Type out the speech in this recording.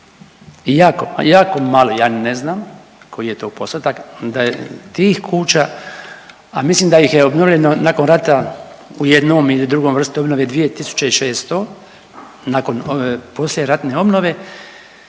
jako malo, ja ne znam koji je to postotak da je tih kuća, a mislim da ih je obnovljeno nakon rata u jednom ili drugom vrstu obnove 2.600 nakon poslijeratne obnove